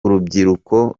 urubyiruko